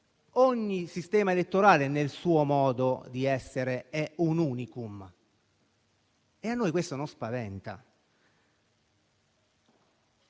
ogni sistema elettorale, nel suo modo di essere, è un *unicum* e a noi questo non spaventa.